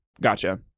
Gotcha